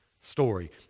story